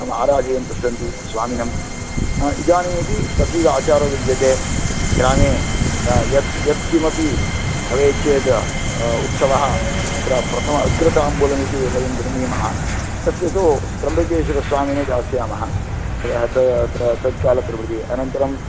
तम् आराधयन्तः सन्ति स्वामिनम् इदानीमपि तथैव आचारो विद्यते ग्रामे यत् यत्किमपि भवेच्चेत् उत्सवः तत्र प्रथम अग्रताम्बूलमिति वयं गृह्णीमः तस्य तु त्य्रम्बकेश्वरस्वामिने दास्यामः तत्कालप्रभृति अनन्तरं